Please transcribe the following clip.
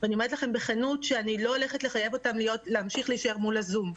ואני אומרת לכם בכנות שאני לא הולכת לחייב אותם להמשיך להישאר מול הזום.